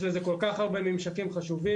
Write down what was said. יש לזה כל כך הרבה ממשקים חשובים,